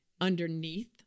underneath